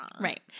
Right